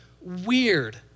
weird